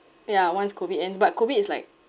ya once COVID ends but COVID is like